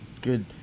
Good